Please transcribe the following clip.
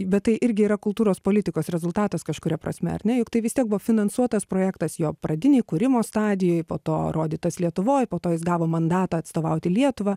bet tai irgi yra kultūros politikos rezultatas kažkuria prasme ar ne juk tai vis tiek buvo finansuotas projektas jo pradinėj kūrimo stadijoj po to rodytas lietuvoj po to jis gavo mandatą atstovauti lietuvą